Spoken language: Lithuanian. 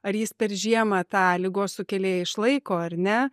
ar jis per žiemą tą ligos sukėlėją išlaiko ar ne